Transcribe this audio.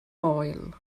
moel